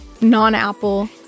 non-Apple